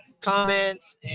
comments